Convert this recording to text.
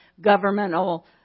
governmental